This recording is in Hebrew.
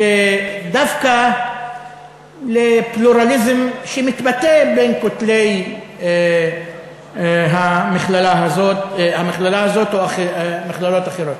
דווקא לפלורליזם שמתבטא בין כותלי המכללה הזאת או מכללות אחרות.